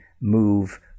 move